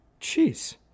Jeez